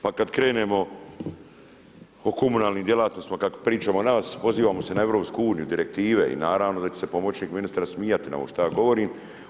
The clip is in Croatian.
Pa kad krenemo o komunalnim djelatnostima, kad pričamo o nas, pozivamo se na EU, direktive i naravno da će se pomoćnik ministra smijati na ovo šta ja govorim.